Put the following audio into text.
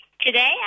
Today